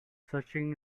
searching